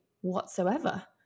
whatsoever